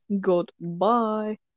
goodbye